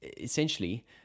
essentially